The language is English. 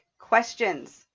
questions